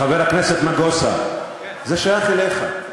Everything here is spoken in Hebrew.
חבר הכנסת נגוסה, זה שייך אליך.